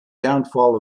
downfall